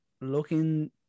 looking